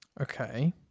Okay